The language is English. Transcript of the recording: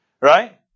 right